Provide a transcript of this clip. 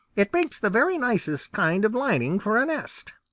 it makes the very nicest kind of lining for a nest.